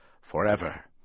forever